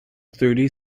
thirty